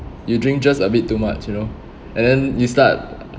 you drink just a bit too much you know and then you start